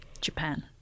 Japan